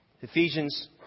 Ephesians